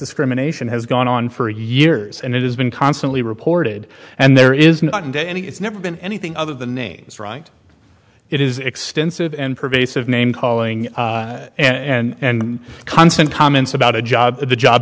discrimination has gone on for years and it has been constantly reported and there isn't any it's never been anything other than names right it is extensive and pervasive name calling and constant comments about a job the job